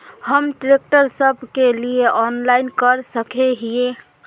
हम ट्रैक्टर सब के लिए ऑनलाइन कर सके हिये?